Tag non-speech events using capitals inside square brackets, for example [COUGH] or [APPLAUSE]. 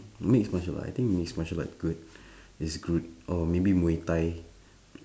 mixed martial arts I think mixed martial art good [BREATH] is good or maybe muay-thai